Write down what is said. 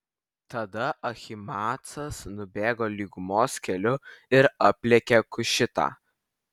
tada ahimaacas nubėgo lygumos keliu ir aplenkė kušitą